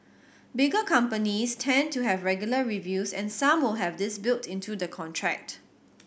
bigger companies tend to have regular reviews and some will have this built into the contract